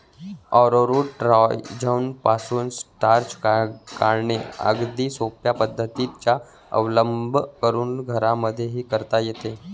arrowroot राईझोमपासून starch काढणे अगदी सोप्या पद्धतीचा अवलंब करून घरांमध्येही करता येते